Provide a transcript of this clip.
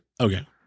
okay